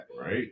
right